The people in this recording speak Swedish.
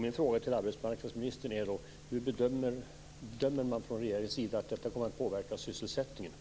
Min fråga till arbetsmarknadsministern är: Hur bedömer man från regeringens sida att detta kommer att påverka sysselsättningen?